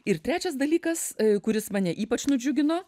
ir trečias dalykas kuris mane ypač nudžiugino